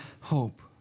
hope